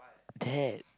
that